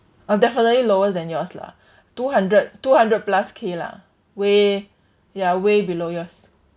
uh definitely lower than yours lah two hundred two hundred plus K lah way ya way below yours